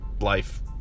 life